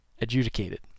adjudicated